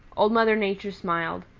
old mother nature smiled.